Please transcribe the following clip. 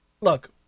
Look